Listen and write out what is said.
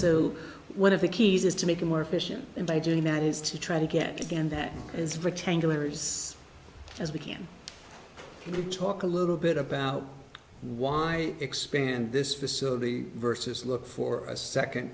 so one of the keys is to make it more efficient and by doing that is to try to get again that is for ten dollars as we can talk little bit about why expand this facility versus look for a second